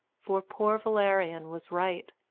for poor valerian was right,